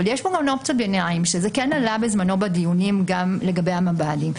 אבל יש פה גם אופציות ביניים וזה כן עלה בזמנו בדיונים גם לגבי המב"דים,